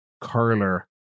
curler